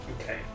Okay